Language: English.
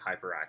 hyperactive